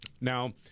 Now